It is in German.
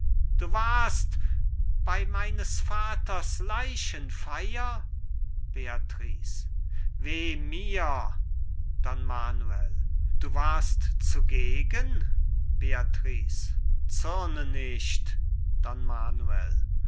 du warst bei meines vaters leichenfeier beatrice wer mir don manuel du warst zugegen beatrice zürne nicht